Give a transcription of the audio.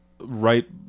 right